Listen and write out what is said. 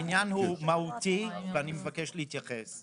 העניין הוא מהותי ואני מבקש להתייחס.